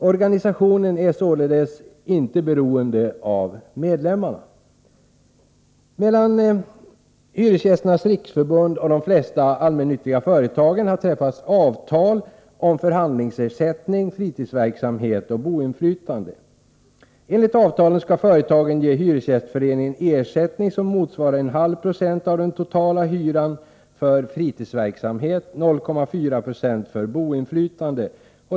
Organisationen är således inte beroende av medlemmarna. Mellan Hyresgästernas riksförbund och de flesta allmännyttiga företagen har träffats avtal om förhandlingsersättning, fritidsverksamhet och boinflytande. Enligt avtalen skall hyresgästföreningen av företagen få en ersättning som motsvarar 0,5 96 av den totala hyran för fritidsverksamhet och 0,4 20 för boinflytande.